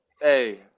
hey